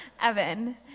evan